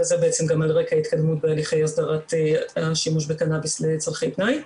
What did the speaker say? וזה על רקע התקדמות בהליכי הסדרת השימוש בקנאביס לצרכי פנאי.